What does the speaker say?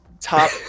top